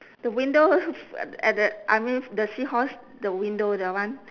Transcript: the window at at the I mean the seahorse the window that one